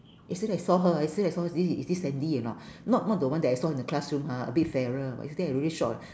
yesterday I saw her yesterday I saw her this is this sandy or not not not the one that I saw in the classroom ha a bit fairer but yesterday I really shock